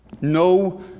No